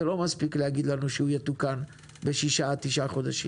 לא מספיק להגיד לנו שהוא יתוקן בשישה עד תשעה חודשים.